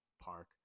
Park